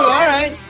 alright,